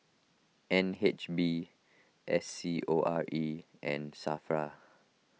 N H B S C O R E and Safra